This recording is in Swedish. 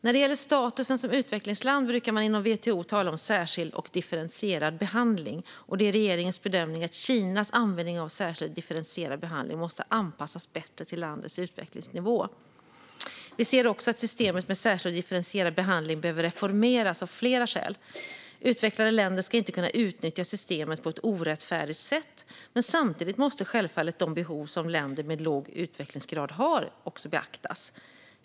När det gäller statusen som utvecklingsland brukar man inom WTO tala om särskild och differentierad behandling, och det är regeringens bedömning att Kinas användning av särskild och differentierad behandling måste anpassas bättre till landets utvecklingsnivå. Vi ser också att systemet med särskild och differentierad behandling behöver reformeras av flera skäl. Utvecklade länder ska inte kunna utnyttja systemet på ett orättfärdigt sätt, men samtidigt måste självfallet de behov som länder med en låg utvecklingsgrad har beaktas.